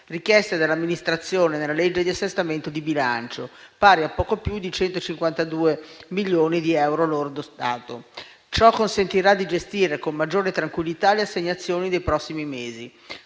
richieste dall'amministrazione nella legge di assestamento di bilancio, pari a poco più di 152 milioni di euro lordi. Ciò consentirà di gestire con maggiore tranquillità le assegnazioni dei prossimi mesi.